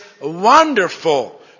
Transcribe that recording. wonderful